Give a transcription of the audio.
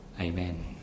Amen